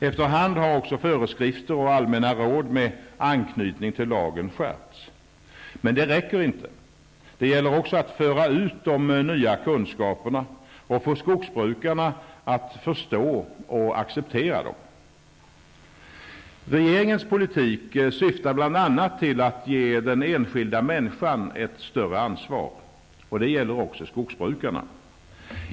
Efter hand har också föreskrifter och allmänna råd med anknytning till lagen skärpts. Men detta räcker inte. Det gäller också att föra ut de nya kunskaperna och få skogsbrukarna att förstå och acceptera dem. Regeringens politik syftar bl.a. till att ge den enskilda människan ett större ansvar. Detta gäller även skogsbrukarna.